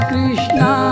Krishna